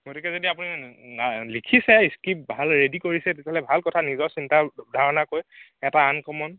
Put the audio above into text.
গতিকে যদি আপুনি লিখিছে স্ক্ৰিপ্ত ভাল ৰেডি কৰিছে তেতিয়াহ'লে ভাল কথা নিজৰ চিন্তা ধাৰণা কৈ এটা আনকমন